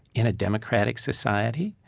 in a democratic society?